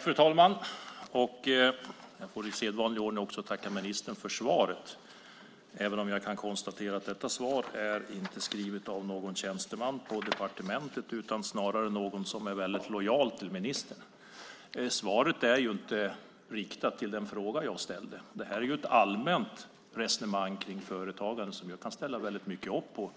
Fru talman! Jag får i sedvanlig ordning tacka ministern för svaret, även om jag kan konstatera att detta svar inte är skrivet av någon tjänsteman på departementet utan snarare av någon som är väldigt lojal till ministern. Svaret är inte riktat till den fråga jag ställde. Det är ett allmänt resonemang om företagande som jag väldigt mycket kan ställa upp på.